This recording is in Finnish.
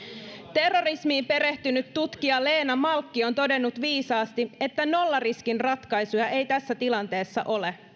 terrorismiin perehtynyt tutkija leena malkki on todennut viisaasti että nollariskin ratkaisuja ei tässä tilanteessa ole